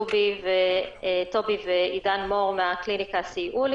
טובי ועידן מור מהקליניקה סייעו לי.